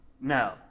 no